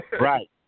Right